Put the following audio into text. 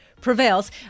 prevails